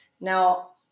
now